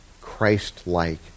Christ-like